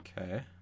okay